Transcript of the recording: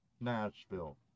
Nashville